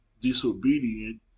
disobedient